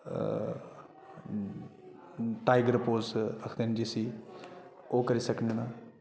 tiger pose आखदे ना जिसी ओह् करी सकने न